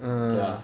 mm